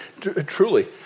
truly